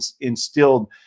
instilled